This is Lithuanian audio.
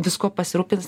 viskuo pasirūpins